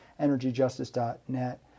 energyjustice.net